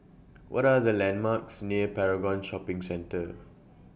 What Are The landmarks near Paragon Shopping Centre